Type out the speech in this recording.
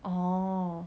oh